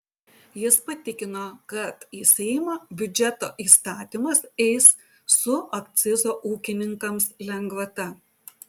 jis patikino kad į seimą biudžeto įstatymas eis su akcizo ūkininkams lengvata